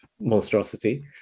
monstrosity